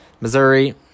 Missouri